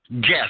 guess